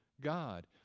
God